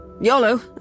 YOLO